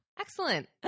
Excellent